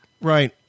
Right